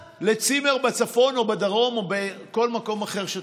לצימר בצפון או בדרום או בכל מקום אחר שתחפוץ.